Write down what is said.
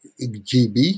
GB